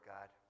God